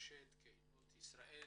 מורשת קהילות ישראל.